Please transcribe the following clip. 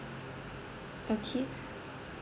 okay